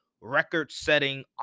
record-setting